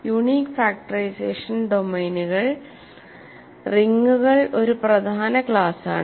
unique factorisation ഡൊമെയ്നുകൾ റിങ്ങുകൾ ഒരു പ്രധാന ക്ലാസാണ്